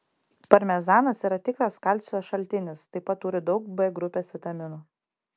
parmezanas yra tikras kalcio šaltinis taip pat turi daug b grupės vitaminų